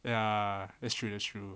ya that's true that's true